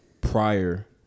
prior